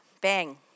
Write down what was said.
Bang